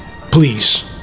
Please